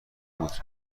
بود